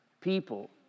people